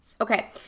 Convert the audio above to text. Okay